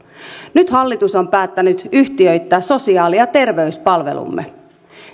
nyt hallitus on päättänyt yhtiöittää sosiaali ja terveyspalvelumme